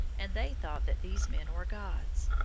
and they thought that these men were gods.